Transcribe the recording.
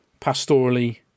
pastorally